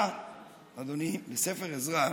אדוני, בספר עזרא,